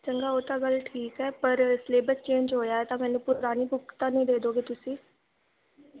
ਚੰਗਾ ਉਹ ਤਾਂ ਗੱਲ ਠੀਕ ਹੈ ਪਰ ਸਿਲੇਬਸ ਚੇਂਜ ਹੋਇਆ ਤਾਂ ਮੈਨੂੰ ਪੁਰਾਣੀ ਬੂਕ ਤਾਂ ਨਹੀਂ ਦੇ ਦਿਓਗੇ ਤੁਸੀਂ